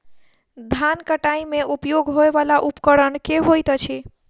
धान कटाई मे उपयोग होयवला उपकरण केँ होइत अछि?